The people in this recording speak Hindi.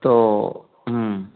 तो